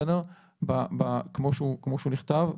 כמו שהוא נכתב,